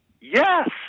yes